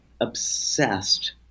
obsessed